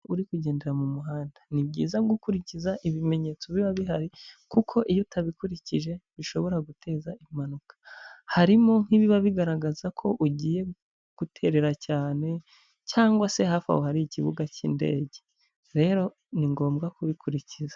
Uri kugendera mu muhanda, ni byiza gukurikiza ibimenyetso biba bihari kuko iyo utabikurikije bishobora guteza impanuka, harimo nk'ibiba bigaragaza ko ugiye guterera cyane cyangwa se hafi aho hari ikibuga cy'indege, rero ni ngombwa kubikurikiza.